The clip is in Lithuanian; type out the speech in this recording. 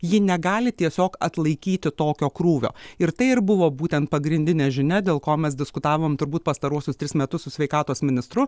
ji negali tiesiog atlaikyti tokio krūvio ir tai ir buvo būtent pagrindinė žinia dėl ko mes diskutavom turbūt pastaruosius tris metus su sveikatos ministru